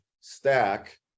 stack